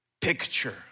picture